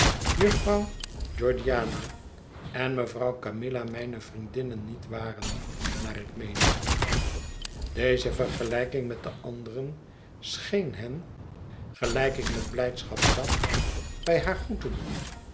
jufvrouw georgiana en meyrouw camilla mijne vriendinnen niet waren naar ik meen deze vergelijking met de anderen scheen hen gelijk ik met blijdschap zag bij haar goed te doen